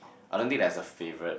I don't think there's a favourite